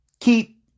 keep